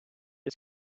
est